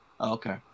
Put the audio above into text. Okay